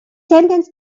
sentence